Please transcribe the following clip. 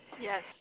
Yes